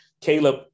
Caleb